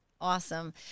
awesome